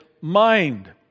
mind